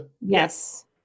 Yes